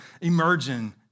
emerging